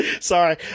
sorry